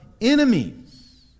enemies